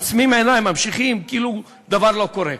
אנחנו עוצמים עיניים, ממשיכים כאילו דבר לא קורה.